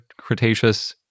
Cretaceous